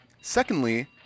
Secondly